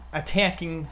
attacking